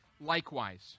Likewise